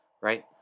right